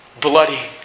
bloody